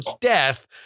death